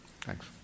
Thanks